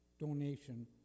donation